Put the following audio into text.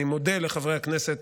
אני מודה לחברי הכנסת